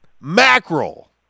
Mackerel